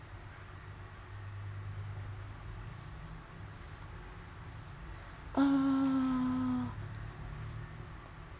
uh